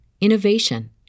innovation